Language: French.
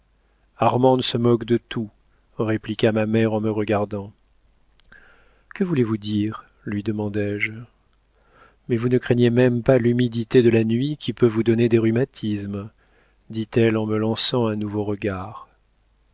se moque de tout répliqua ma mère en me regardant que voulez-vous dire lui demandai-je mais vous ne craignez même pas l'humidité de la nuit qui peut vous donner des rhumatismes dit-elle en me lançant un nouveau regard